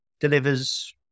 delivers